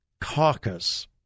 Caucus